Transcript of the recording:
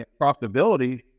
profitability